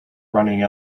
running